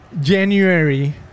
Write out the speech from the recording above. January